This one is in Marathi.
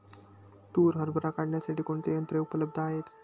तूर हरभरा काढण्यासाठी कोणती यंत्रे उपलब्ध आहेत?